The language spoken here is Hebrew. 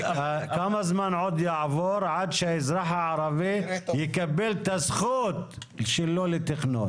כמה זמן עוד יעבור עד שהאזרח הערבי יקבל את הזכות שלו לתכנון?